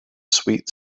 sweet